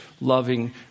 loving